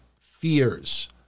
fears